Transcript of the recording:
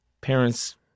Parents